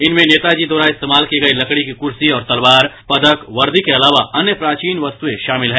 इनमें नेताजी द्वारा इस्तेमाल की गई लकड़ी की कुर्सी और तलवार पदक वर्दी के अलावा अन्य प्राचीन वस्तुएं शामिल हैं